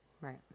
Right